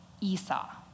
Esau